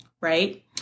right